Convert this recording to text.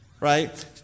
right